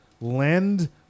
lend